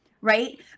right